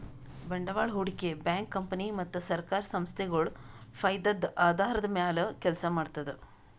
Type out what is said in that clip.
ಬಂಡವಾಳ್ ಹೂಡಿಕೆ bank company ಮತ್ತ್ ಸರ್ಕಾರ್ ಸಂಸ್ಥಾಗೊಳ್ ಫೈದದ್ದ್ ಆಧಾರದ್ದ್ ಮ್ಯಾಲ್ ಕೆಲಸ ಮಾಡ್ತದ್